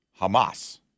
Hamas